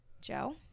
Joe